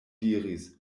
diris